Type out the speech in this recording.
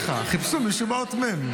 אני אגיד לך, חיפשו מישהו באות מ'.